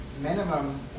minimum